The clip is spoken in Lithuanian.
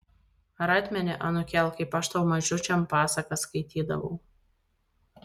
ar atmeni anūkėl kaip aš tau mažučiam pasakas skaitydavau